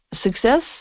success